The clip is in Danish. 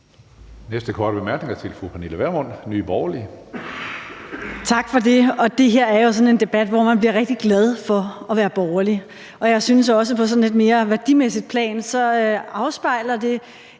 Næste korte bemærkning er til fru Pernille Vermund, Nye Borgerlige. Kl. 12:02 Pernille Vermund (NB): Tak for det. Det her er jo sådan en debat, hvor man bliver rigtig glad for at være borgerlig. Jeg synes også på sådan et mere værdimæssigt plan, at det afspejler et